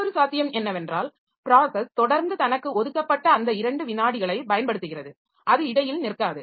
மற்றொரு சாத்தியம் என்னவென்றால் ப்ராஸஸ் தொடர்ந்து தனக்கு ஒதுக்கப்பட்ட அந்த 2 வினாடிகளைப் பயன்படுத்துகிறது அது இடையில் நிற்காது